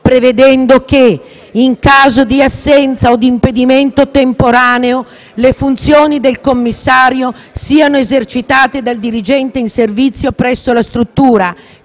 prevedendo che, in caso di assenza o di impedimento temporaneo, le funzioni del commissario siano esercitate dal dirigente in servizio presso la struttura,